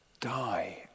die